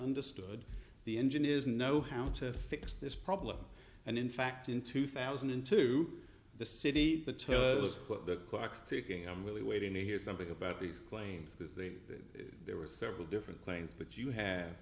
understood the engineers know how to fix this problem and in fact in two thousand and two the city the turbos the clock's ticking i'm really waiting to hear something about these claims because they there were several different claims but you have